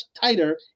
tighter